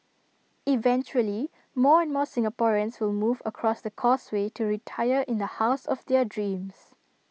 eventually more and more Singaporeans will move across the causeway to retire in the house of their dreams